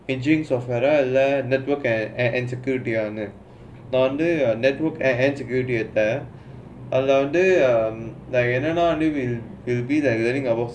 in software and network eh and security but under network and security network அதிலே வந்தே:athilae vanthae will be like